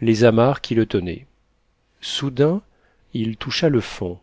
les amarres qui le tenaient soudain il toucha le fond